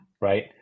right